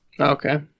Okay